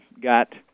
got